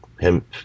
hemp